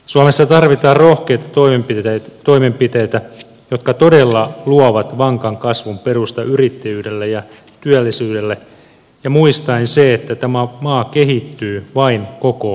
suomessa tarvitaan rohkeita toimenpiteitä jotka todella luovat vankan kasvun perustan yrittäjyydelle ja työllisyydelle ja muistaen sen että tämä maa kehittyy vain koko voimallaan